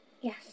Yes